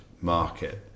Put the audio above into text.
market